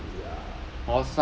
ya